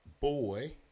boy